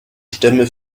stämme